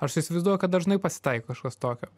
aš tai įsivaizduoju kad dažnai pasitaiko kažkas tokio